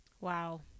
wow